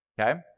Okay